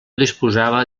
disposava